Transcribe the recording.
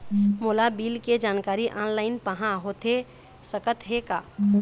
मोला बिल के जानकारी ऑनलाइन पाहां होथे सकत हे का?